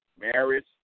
marriage